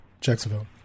Jacksonville